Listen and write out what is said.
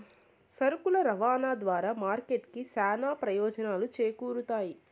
సరుకుల రవాణా ద్వారా మార్కెట్ కి చానా ప్రయోజనాలు చేకూరుతాయి